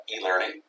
e-learning